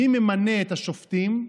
מי ממנה את השופטים?